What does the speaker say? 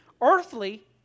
earthly